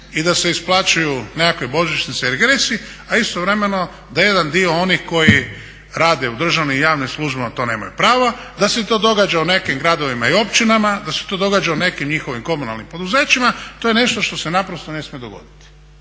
i da se isplaćuju nekakve božićnice i regresi a istovremeno da jedan dio onih koji rade u državnim i javnim službama to nemaju prava. Da se to događa u nekim gradovima i općinama, da se to događa njihovim komunalnim poduzećima to je nešto što se naprosto ne smije dogoditi.